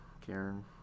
Karen